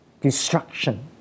destruction